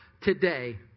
today